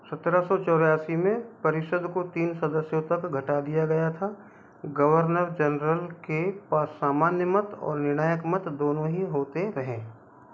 सत्रह सौ चौरासी में परिषद को तीन सदस्यों तक घटा दिया गया था गवर्नर जनरल के पास सामान्य मत और निर्णायक मत दोनों ही होते रहें